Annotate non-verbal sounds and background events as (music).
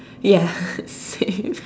(breath) ya (breath) same (laughs)